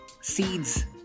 seeds